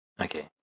Okay